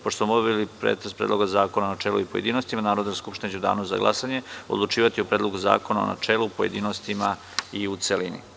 Pošto smo obavili pretres Predloga zakona u načelu, pojedinostima, Narodna skupština će u danu za glasanje odlučivati o Predlogu zakona u načelu, pojedinostima i u celini.